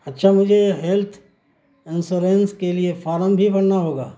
اچھا مجھے یہ ہیلتھ انسورنس کے لیے فارم بھی بھرنا ہوگا